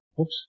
Oops